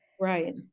Right